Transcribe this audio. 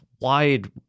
wide